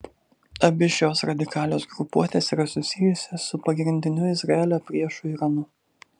abi šios radikalios grupuotės yra susijusios su pagrindiniu izraelio priešu iranu